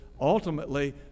ultimately